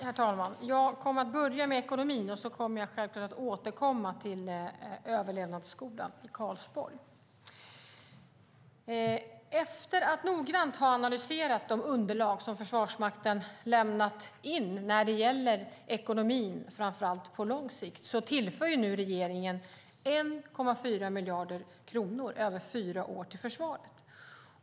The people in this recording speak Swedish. Herr talman! Jag kommer att börja med ekonomin och återkommer självklart till överlevnadsskolan i Karlsborg. Efter att noggrant ha analyserat de underlag som Försvarsmakten lämnat in när det gäller ekonomin, framför allt på lång sikt, tillför regeringen nu 1,4 miljarder kronor över fyra år till försvaret.